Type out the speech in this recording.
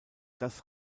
das